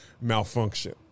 Malfunction